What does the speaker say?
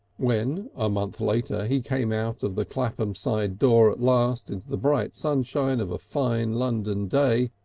when, a month later, he came out of the clapham side door at last into the bright sunshine of a fine london day,